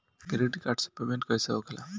Credit card से payment कईसे होखेला?